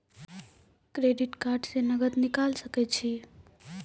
Credit card से नगद निकाल सके छी?